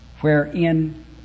wherein